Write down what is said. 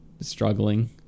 struggling